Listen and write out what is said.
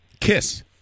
Kiss